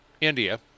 India